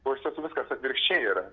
o iš tiesų viskas atvirkščiai yra